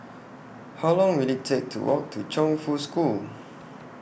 How Long Will IT Take to Walk to Chongfu School